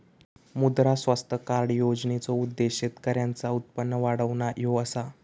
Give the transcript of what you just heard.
मुद्रा स्वास्थ्य कार्ड योजनेचो उद्देश्य शेतकऱ्यांचा उत्पन्न वाढवणा ह्यो असा